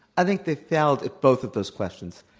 i think they failed at both of those questions.